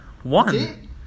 One